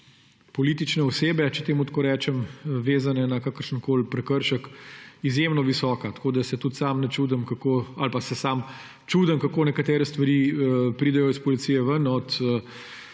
politične osebe, če temu tako rečem, vezana na kakršenkoli prekršek, izjemno visoka, tako da se tudi sam čudim, kako nekatere stvari pridejo iz policije ven, do